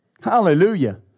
Hallelujah